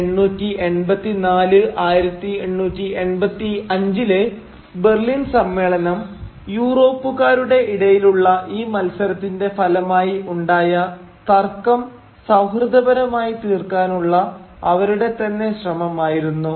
1884 1885 ലെ ബെർലിൻ സമ്മേളനം യൂറോപ്പുകരുടെ ഇടയിലുള്ള ഈ മത്സരത്തിന്റെ ഫലമായി ഉണ്ടായ തർക്കം സൌഹൃദപരമായി തീർക്കാനുള്ള അവരുടെ തന്നെ ശ്രമമായിരുന്നു